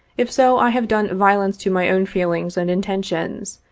if so, i have done violence to my own feelings and intentions,